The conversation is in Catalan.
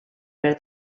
per